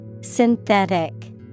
Synthetic